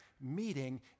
meeting